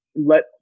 let